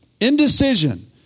indecision